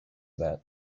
that